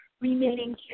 remaining